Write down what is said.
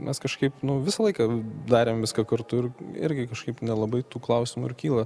mes kažkaip nu visą laiką darėm viską kartu ir irgi kažkaip nelabai tų klausimų ir kyla